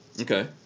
Okay